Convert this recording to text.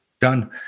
Done